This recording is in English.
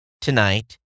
tonight